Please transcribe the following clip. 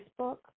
Facebook